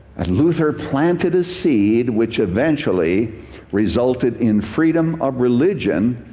and luther planted a seed, which eventually resulted in freedom of religion,